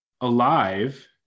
alive